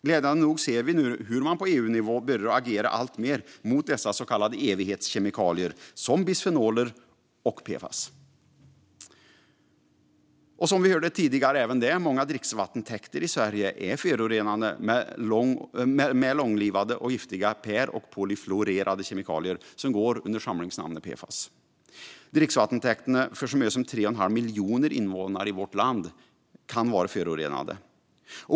Glädjande nog ser vi nu hur man på EU-nivå börjar agera mot dessa så kallade evighetskemikalier, såsom bisfenoler och PFAS. Som vi hörde tidigare är många dricksvattentäkter i Sverige förorenade av långlivade och giftiga per och polyfluorerade kemikalier som går under samlingsnamnet PFAS. Dricksvattentäkterna för så många som 3 1⁄2 miljon invånare i vårt land kan vara förorenade.